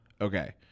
Okay